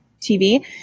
TV